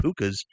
pukas